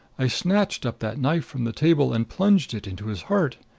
i snatched up that knife from the table and plunged it into his heart.